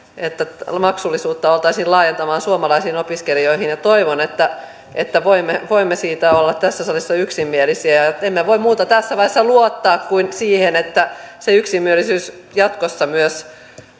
että maksullisuutta oltaisiin laajentamassa suomalaisiin opiskelijoihin ja toivon että että voimme siitä olla tässä salissa yksimielisiä ja ja emme voi muuta tässä vaiheessa kuin luottaa siihen että se yksimielisyys myös